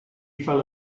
fell